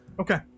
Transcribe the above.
Okay